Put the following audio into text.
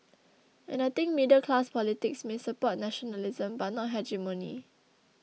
and I think middle class politics may support nationalism but not hegemony